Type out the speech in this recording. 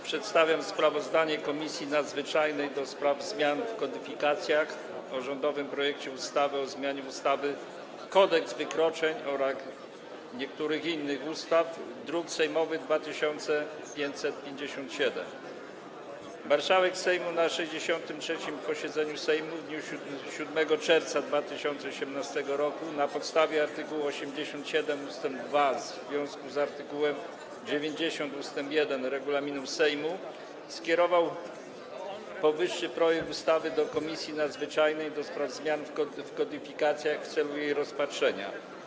Przedstawiam sprawozdanie Komisji Nadzwyczajnej do spraw zmian w kodyfikacjach o rządowym projekcie ustawy o zmianie ustawy Kodeks wykroczeń oraz niektórych innych ustaw, druk sejmowy nr 2557. Marszałek Sejmu na 63. posiedzeniu Sejmu w dniu 7 czerwca 2018 r. na podstawie art. 87 ust. 2 w związku z art. 90 ust. 1 regulaminu Sejmu skierował powyższy projekt ustawy do Komisji Nadzwyczajnej do spraw zmian w kodyfikacjach w celu jego rozpatrzenia.